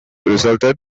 resulted